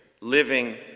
living